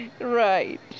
right